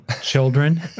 children